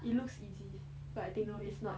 it looks easy but I think it's not